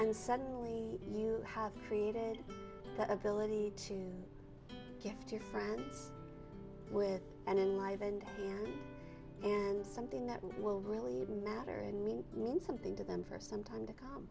and suddenly you have created that ability to gift your friends with and live and and something that will really matter and mean mean something to them for some time to come